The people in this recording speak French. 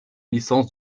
licence